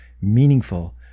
meaningful